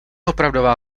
opravdová